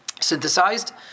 synthesized